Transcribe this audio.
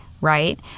right